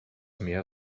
mehr